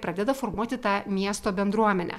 pradeda formuoti tą miesto bendruomenę